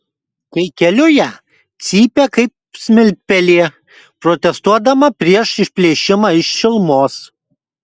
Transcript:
kai keliu ją cypia kaip smiltpelė protestuodama prieš išplėšimą iš šilumos